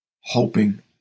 hoping